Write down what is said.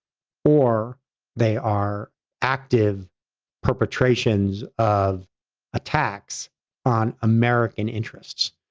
or they are active perpetrations of attacks on american interests.